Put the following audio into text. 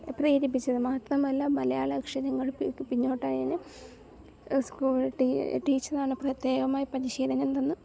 പ്രേരിപ്പിച്ചത് മാത്രമല്ല മലയാള അക്ഷരങ്ങൾക്ക് പിന്നോട്ടായ എന്നെ സ്കൂൾ ടീച്ചറാണ് പ്രത്യേകമായി പരിശീലനം തന്നു